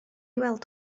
weld